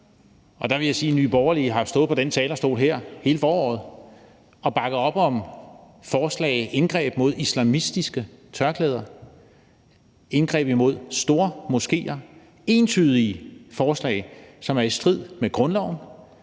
Og der vil jeg sige, at Nye Borgerlige har stået på den her talerstol hele foråret og bakket op om forslag om indgreb mod islamistiske tørklæder og indgreb imod stormoskéer; forslag, som er i strid med grundloven